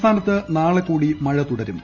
സംസ്ഥാനത്ത് നാളെ കൂടി മഴ തുടരും